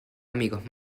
amigos